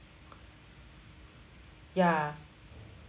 ya